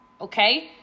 okay